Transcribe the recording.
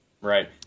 Right